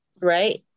Right